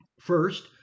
First